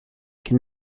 can